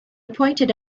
pointed